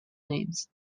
names